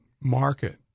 market